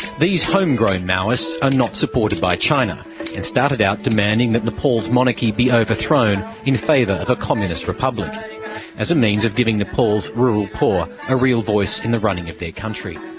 these home-grown maoists are not supported by china and started out demanding that nepal's monarchy be overthrown in favour of a communist republic as a means of giving nepal's rural poor a real voice in the running of their country.